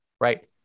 right